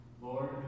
Lord